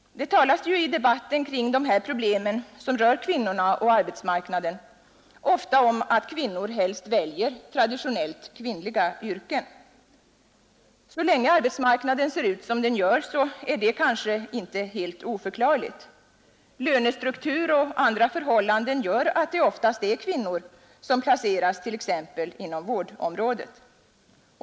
I debatten kring de problem som rör kvinnorna och arbetsmarknaden talas ofta om att kvinnor helst väljer traditionellt kvinnliga yrken. Så länge arbetsmarknaden ser ut som den gör är detta kanske inte helt oförklarligt. Lönestruktur och andra förhållanden gör att det oftast är kvinnor som placeras på t.ex. vårdområdet.